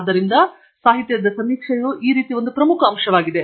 ಆದ್ದರಿಂದ ಸಾಹಿತ್ಯದ ಸಮೀಕ್ಷೆಯು ಆ ರೀತಿ ಒಂದು ಪ್ರಮುಖ ಅಂಶವಾಗಿದೆ